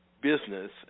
business